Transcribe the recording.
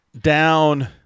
down